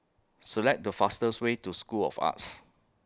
Select The fastest Way to School of Arts